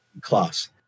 class